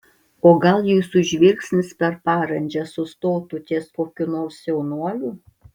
o gal jūsų žvilgsnis per parandžą sustotų ties kokiu nors jaunuoliu